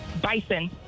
bison